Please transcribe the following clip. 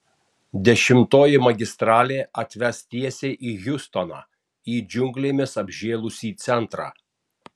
dešimtoji magistralė atves tiesiai į hjustoną į džiunglėmis apžėlusį centrą